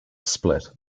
split